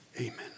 amen